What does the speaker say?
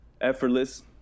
effortless